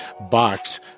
box